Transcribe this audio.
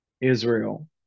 Israel